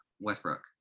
Westbrook